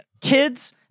kids